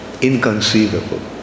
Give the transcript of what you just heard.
inconceivable